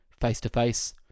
face-to-face